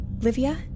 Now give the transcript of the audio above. Livia